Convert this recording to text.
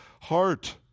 heart